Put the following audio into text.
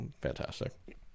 Fantastic